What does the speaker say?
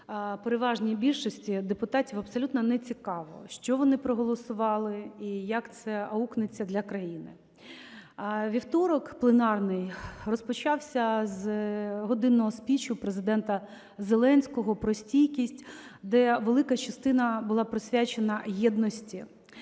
переважній більшості депутатів абсолютно нецікаво, що вони проголосували і як це аукнеться для країни. Вівторок пленарний розпочався з годинного спічу Президента Зеленського про стійкість, де велика частина була присвячена єдності.